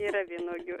yra vynuogių